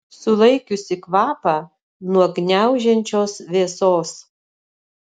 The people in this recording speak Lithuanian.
sulaikiusi kvapą nuo gniaužiančios vėsos